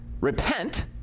repent